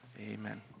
amen